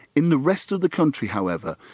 in the rest of the country, however,